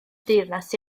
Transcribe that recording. deyrnas